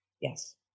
Yes